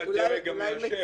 אולי זה פותר את הבעיה.